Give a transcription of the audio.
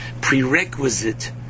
prerequisite